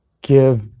give